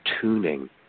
tuning